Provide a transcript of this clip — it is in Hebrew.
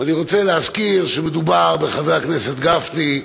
ואני רוצה להזכיר שמדובר בחבר הכנסת גפני,